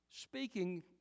Speaking